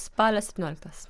spalio septynioliktos